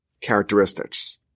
characteristics